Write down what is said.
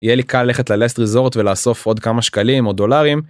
יהיה לי קל ללכת ללאסט ריזורט ולאסוף עוד כמה שקלים או דולרים.